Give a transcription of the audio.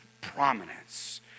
prominence